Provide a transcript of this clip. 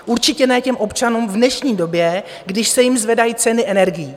Určitě ne občanům v dnešní době, když se jim zvedají ceny energií.